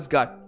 God